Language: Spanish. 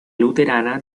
luterana